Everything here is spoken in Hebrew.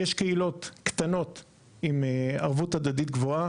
יש קהילות קטנות עם ערבות הדדית גבוהה